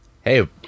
hey